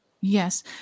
Yes